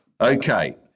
okay